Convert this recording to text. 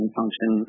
function